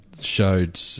showed